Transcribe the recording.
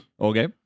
okay